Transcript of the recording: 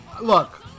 look